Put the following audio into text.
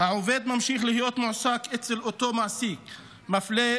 העובד ממשיך להיות מועסק אצל אותו מעסיק מפלה,